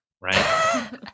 Right